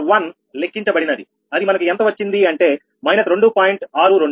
P21 లెక్కించబడినది అది మనకు ఎంత వచ్చింది అంటే − 2